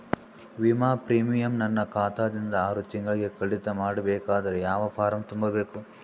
ವಿಮಾ ಪ್ರೀಮಿಯಂ ನನ್ನ ಖಾತಾ ದಿಂದ ಆರು ತಿಂಗಳಗೆ ಕಡಿತ ಮಾಡಬೇಕಾದರೆ ಯಾವ ಫಾರಂ ತುಂಬಬೇಕು?